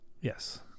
Yes